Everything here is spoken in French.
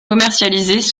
commercialisés